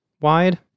wide